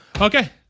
Okay